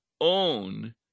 own